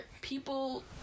people